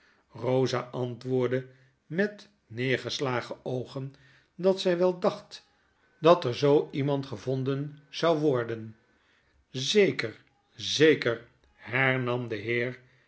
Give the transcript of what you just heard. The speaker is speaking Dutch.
rosa antwoordde met neergeslagen oogen dat zy wel dacht dat er zoo iemand gevonden zou worden zeker zeker hernam de heer